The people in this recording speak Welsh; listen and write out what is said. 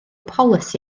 polisi